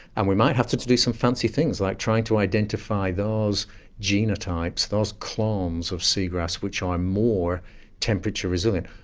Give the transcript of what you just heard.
and we might have to to do some fancy things, like trying to identify those genotypes, those clones of seagrass which are more temperature resilient.